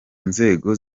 nzego